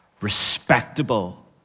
respectable